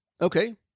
Okay